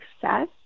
success